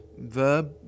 verb